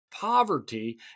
Poverty